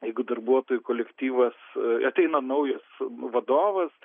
jeigu darbuotojų kolektyvas ateina naujas vadovas